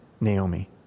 Naomi